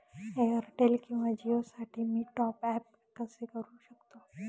Airtel किंवा जिओसाठी मी टॉप ॲप कसे करु शकतो?